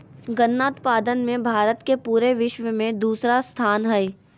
गन्ना उत्पादन मे भारत के पूरे विश्व मे दूसरा स्थान हय